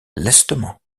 lestement